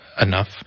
enough